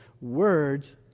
words